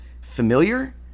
familiar